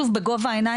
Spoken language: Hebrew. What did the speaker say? תישארי איתנו רגע,